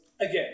again